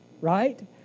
right